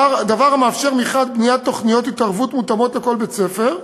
דבר שמאפשר מחד גיסא בניית תוכניות התערבות מותאמות לכל בית-ספר,